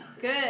Good